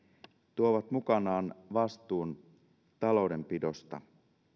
tuovat mukanaan vastuun taloudenpidosta